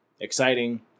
Exciting